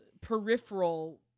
peripheral